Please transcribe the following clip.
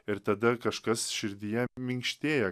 ir tada kažkas širdyje minkštėja